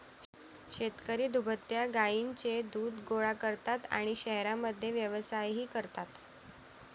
शेतकरी दुभत्या गायींचे दूध गोळा करतात आणि शहरांमध्ये व्यवसायही करतात